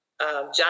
John